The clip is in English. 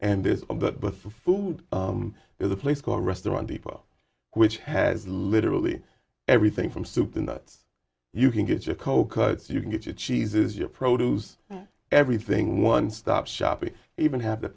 that but for food there's a place called restaurant people which has literally everything from soup to nuts you can get your coconuts you can get your cheeses your produce everything one stop shopping even have the